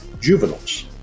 juveniles